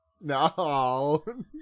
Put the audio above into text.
No